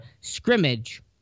scrimmage